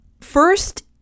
First